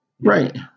Right